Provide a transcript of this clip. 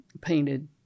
painted